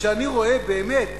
כשאני רואה באמת